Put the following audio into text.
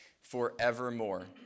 forevermore